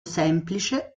semplice